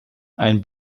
ein